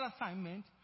assignment